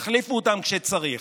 יחליפו אותם כשצריך.